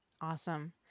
Awesome